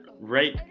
right